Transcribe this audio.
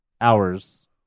hours